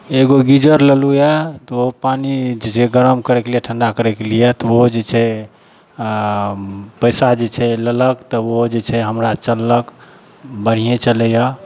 एगो गीजर लेलहुँ यऽ तऽ ओ पानि जे गरम करयके लिये ठण्डा करयके लिये तऽ ओ जे छै पैसा जे छै लेलक तऽ ओ जे छै हमरा चललक बढ़ियें चलय यऽ